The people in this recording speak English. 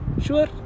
Sure